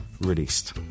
Released